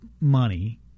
money